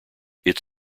its